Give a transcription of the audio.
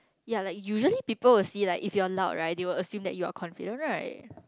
ya like usually people will see like if you're loud right they will assume that you are confident right